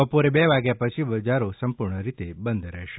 બપોરે બે વાગ્યા પછી બજારો સંપૂર્ણરીતે બંધ રહેશે